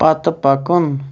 پتہٕ پکُن